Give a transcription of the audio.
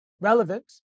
relevant